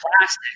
plastic